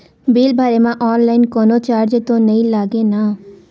Bill भरे मा online कोनो चार्ज तो नई लागे ना?